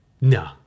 No